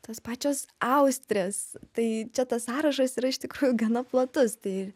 tos pačios austrės tai čia tas sąrašas yra iš tikrųjų gana platus tai